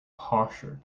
posher